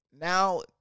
Now